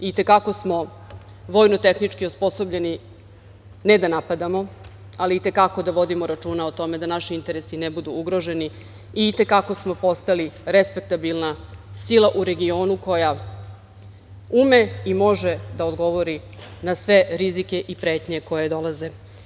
I te kako smo vojno-tehnički osposobljeni ne da napadamo, ali i te kako da vodimo računa o tome da naši interesi ne budu ugroženi i i te kako smo postali respektabilna sila u regionu koja ume i može da odgovori na sve rizike i pretnje koje dolaze.